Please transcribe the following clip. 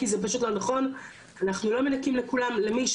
למי שמוצדק ואנחנו רואים שהוא היה שוהה בלתי חוקי,